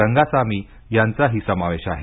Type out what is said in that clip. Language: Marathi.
रंगासामी यांचाही समावेश आहे